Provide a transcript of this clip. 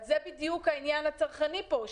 אבל זה בדיוק העניין הצרכני פה,